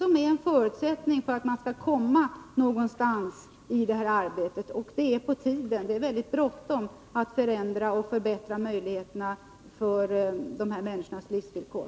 Det är ju en förutsättning för att man skall komma någonstans i det här arbetet. Det är synnerligen bråttom när det gäller att förändra och förbättra de berörda människornas levnadsvillkor.